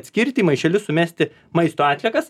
atskirti į maišelius sumesti maisto atliekas